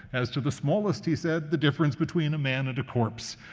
as to the smallest, he said, the difference between a man and a corpse.